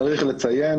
צריך לציין